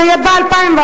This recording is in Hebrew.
זה יהיה ב-2014,